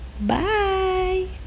Bye